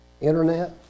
internet